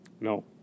No